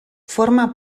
forma